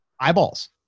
eyeballs